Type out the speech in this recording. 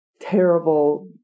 terrible